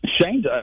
Shane